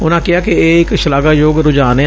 ਉਨੂਾਂ ਕਿਹਾ ਕਿ ਇਹ ਇਕ ਸ਼ਲਾਘਾਯੋਗ ਰੁਝਾਨ ਏ